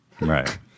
Right